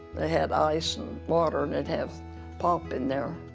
they had ice and water, and they'd have pop in there,